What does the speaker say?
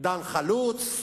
דן חלוץ,